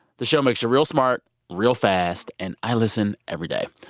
the show makes you real smart real fast, and i listen every day.